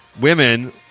women